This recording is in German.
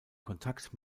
kontakt